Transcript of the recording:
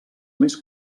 més